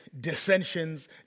dissensions